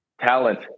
talent